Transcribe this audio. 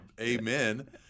amen